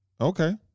Okay